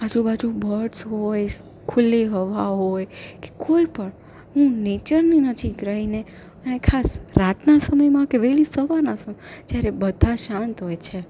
આજુબાજુ બર્ડ્સ હોય ખૂલી હવા હોય કે કોઈ પણ હું નેચરની નજીક રઈને અને ખાસ રાતના સમયમાં કે વહેલી સવારના સમય જ્યારે બધા શાંત હોય છે